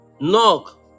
Knock